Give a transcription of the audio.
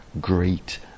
great